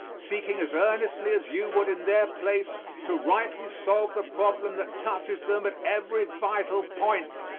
seeking as earnestly as you would in their place to rightly solve the problem that touches them at every vital point.